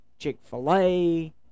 chick-fil-a